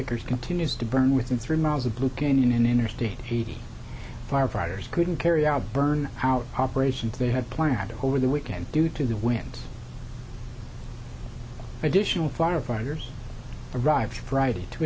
acres continues to burn within three miles of blue canyon in interstate eighty firefighters couldn't carry out burn out operations they had planned over the weekend due to the winds additional firefighters arrived friday to